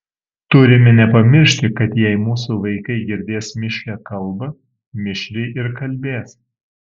turime nepamiršti kad jei mūsų vaikai girdės mišrią kalbą mišriai ir kalbės